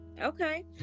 Okay